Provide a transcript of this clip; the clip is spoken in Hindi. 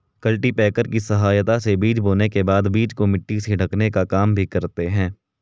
कल्टीपैकर की सहायता से बीज बोने के बाद बीज को मिट्टी से ढकने का काम भी करते है